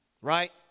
right